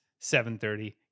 7.30